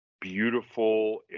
beautiful